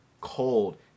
cold